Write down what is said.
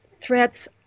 threats